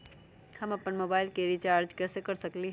हम अपन मोबाइल कैसे रिचार्ज कर सकेली?